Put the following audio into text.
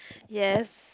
yes